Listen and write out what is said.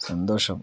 സന്തോഷം